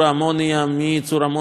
מייצור אוריאה מאמוניה,